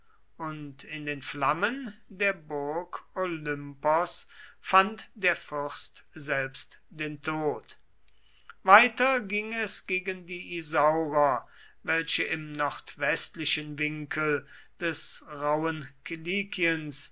und in den flammen der burg olympos fand der fürst selbst den tod weiter ging es gegen die isaurer welche im nordwestlichen winkel des rauben